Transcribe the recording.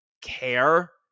care